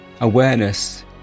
Awareness